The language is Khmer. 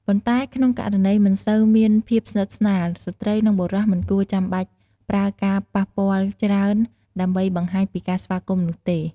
ប៉ុន្តែ ក្នុងករណីមិនសូវមានភាពស្និទ្ធស្នាល ស្ត្រី និង បុរស មិនគួរចាំបាច់ប្រើការប៉ះពាល់ច្រើន ដើម្បីបង្ហាញពីការស្វាគមន៍នោះទេ។